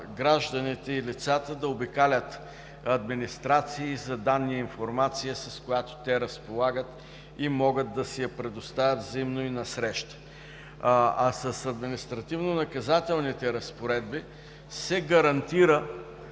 гражданите и лицата да обикалят администрации за данни и информация, с която те разполагат и могат да си я предоставят взаимно и насреща. С административнонаказателните разпоредби чрез